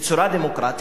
בצורה דמוקרטית,